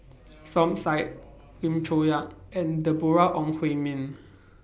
Som Said Lim Chong Yah and Deborah Ong Hui Min